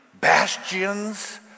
bastions